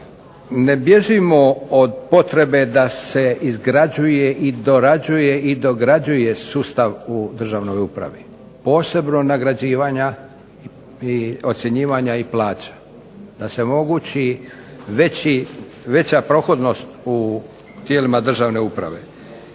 ne bježimo od potrebe da se izgrađuje i dorađuje i dograđuje sustav u državnoj upravi, posebno nagrađivanja i ocjenjivanja i plaća. Da se omogući veća prohodnost u tijelima državne uprave.